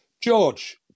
George